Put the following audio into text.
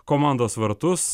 komandos vartus